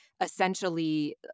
essentially